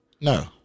No